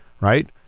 right